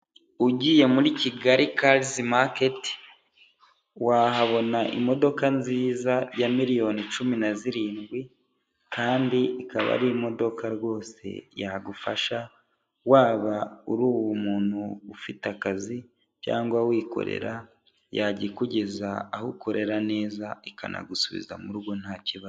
Ugiye muri Kigali cars market wahabona imodoka nziza ya miliyoni cumi na zirindwi kandi ikaba ari imodoka rwose yagufasha waba uri umuntu ufite akazi cyangwa wikorera, yajya ikugeza aho ukorera neza, ikanagusubiza mu rugo nta kibazo.